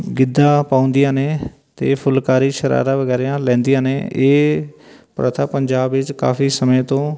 ਗਿੱਧਾ ਪਾਉਂਦੀਆਂ ਨੇ ਅਤੇ ਫੁਲਕਾਰੀ ਸ਼ਰਾਰਾ ਵਗੈਰਾ ਲੈਂਦੀਆਂ ਨੇ ਇਹ ਪ੍ਰਥਾ ਪੰਜਾਬ ਵਿੱਚ ਕਾਫੀ ਸਮੇਂ ਤੋਂ